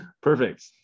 Perfect